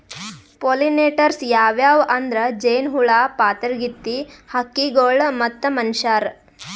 pollinators ಯಾವ್ಯಾವ್ ಅಂದ್ರ ಜೇನಹುಳ, ಪಾತರಗಿತ್ತಿ, ಹಕ್ಕಿಗೊಳ್ ಮತ್ತ್ ಮನಶ್ಯಾರ್